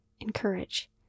Encourage